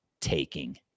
taking